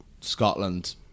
scotland